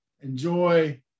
enjoy